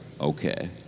okay